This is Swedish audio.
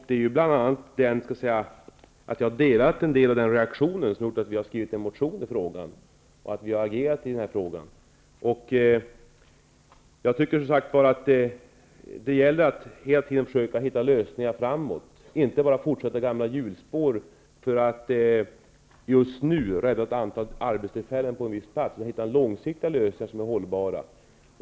Att vi har skrivit en motion och agerat i frågan beror bl.a. på att jag delar en del av reaktionen. Det gäller att försöka hitta lösningar i ett framtidsperspektiv. Man kan inte bara fortsätta i gamla hjulspår för att just nu rädda ett antal arbetstillfällen på en viss plats. Det gäller att hitta långsiktiga lösningar som är hållbara.